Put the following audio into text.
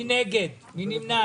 מי נגד, מי נמנע?